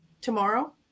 tomorrow